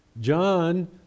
John